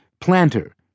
planter